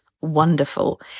wonderful